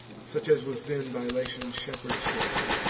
such as was then by latian shepherds borne,